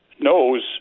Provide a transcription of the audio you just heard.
knows